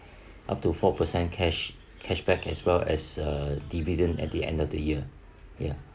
up to four percent cash cashback as well as a dividend at the end of the year ya